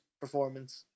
performance